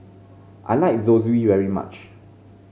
I like Zosui very much